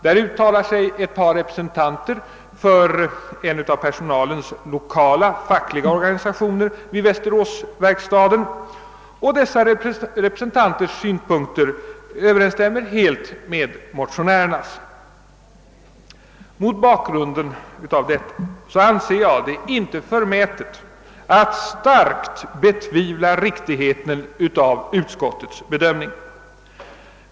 Där uttalar sig ett par representanter för en av personalens lokala fackliga organisationer vid västeråsverkstaden. Dessa representanters synpunkter överensstämmer helt med motionärernas. Mot bakgrunden härav anser jag det inte vara förmätet att starkt betvivla riktigheten av utskottets bedömning.